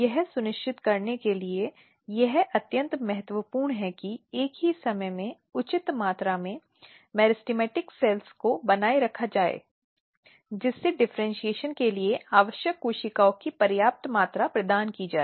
यह सुनिश्चित करने के लिए यह अत्यंत महत्वपूर्ण है कि एक ही समय में उचित मात्रा में मेरिस्टेमेटिक कोशिकाओं को बनाए रखा जाए जिससे डिफरेन्शीऐशन के लिए आवश्यक कोशिकाओं की पर्याप्त मात्रा प्रदान की जाए